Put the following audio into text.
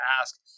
ask